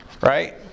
Right